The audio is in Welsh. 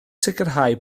sicrhau